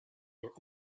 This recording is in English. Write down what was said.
were